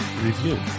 review